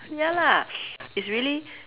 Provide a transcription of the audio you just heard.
ya lah it's really